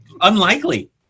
unlikely